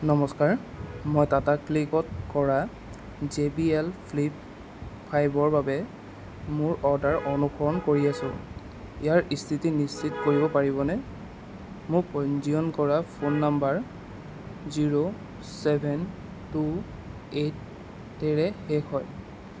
নমস্কাৰ মই টাটা ক্লিকত কৰা জে বি এল ফ্লিপ ফাইভৰ বাবে মোৰ অৰ্ডাৰ অনুসৰণ কৰি আছো ইয়াৰ স্থিতি নিশ্চিত কৰিব পাৰিবনে মোৰ পঞ্জীয়ন কৰা phone number zero seven two এইটেৰে শেষ হয়